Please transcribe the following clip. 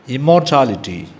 Immortality